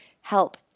help